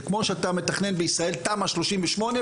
זה כמו שאתה מתכנן בישראל תמ"א 38,